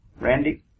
Randy